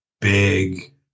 big